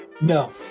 no